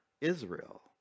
Israel